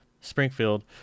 Springfield